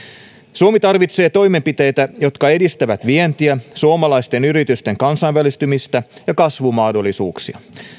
suomi tarvitsee toimenpiteitä jotka edistävät vientiä suomalaisten yritysten kansainvälistymistä ja kasvumahdollisuuksia